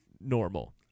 normal